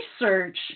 research